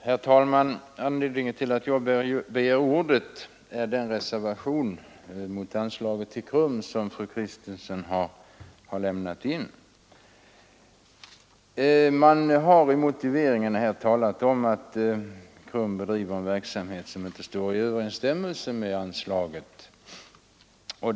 Herr talman! Anledningen till att jag begärt ordet är den reservation mot anslaget till KRUM som fru Kristensson avgivit. I motiveringen sägs att KRUM bedriver en verksamhet som inte står i överensstämmelse med anslaget.